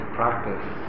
practice